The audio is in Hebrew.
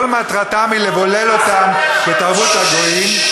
כל מטרתם היא לבולל אותם בתרבות הגויים.